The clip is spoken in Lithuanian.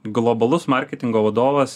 globalus marketingo vadovas